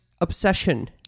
obsession